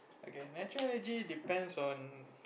I guess natural energy depends on